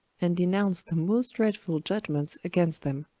and denounced the most dreadful judgments against them.